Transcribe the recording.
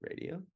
radio